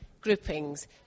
groupings